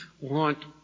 want